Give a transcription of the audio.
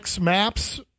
Maps